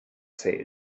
say